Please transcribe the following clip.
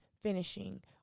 finishing